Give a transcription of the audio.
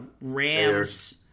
Rams